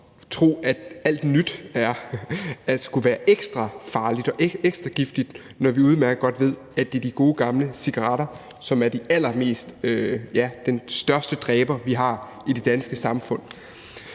tro, at al nyt skulle være ekstra farligt og ekstra giftigt, når vi udmærket godt ved, at det er de gode gamle cigaretter, der er den største dræber, vi har, i det danske samfund.